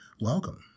Welcome